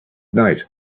night